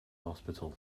hospital